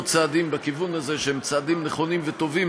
צעדים בכיוון הזה שהם צעדים נכונים וטובים,